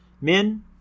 Men